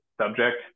subject